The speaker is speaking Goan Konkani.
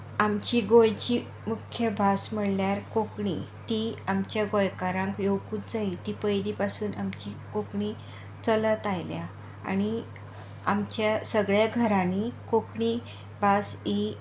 आमची गोंयची मुख्य भास म्हणल्यार कोंकणी ती आमच्या गोंयकारांक येवुंकूच जायी ती पयलीं पासून आमची कोंकणी चलत आयल्या आनी आमच्या सगळ्या घरांनी कोंकणी भास ही